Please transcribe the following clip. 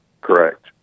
Correct